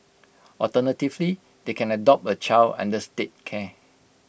alternatively they can adopt A child under state care